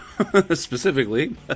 specifically